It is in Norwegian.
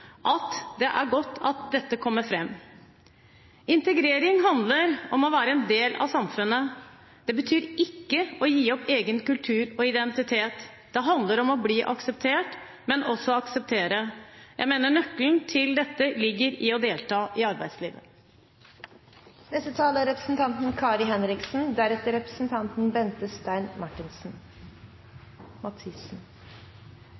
at det er godt at dette kommer fram. Integrering handler om å være en del av samfunnet. Det betyr ikke å gi opp egen kultur og identitet. Det handler om å bli akseptert, men også å akseptere. Jeg mener nøkkelen til dette ligger i å delta i arbeidslivet. Det er